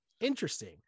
Interesting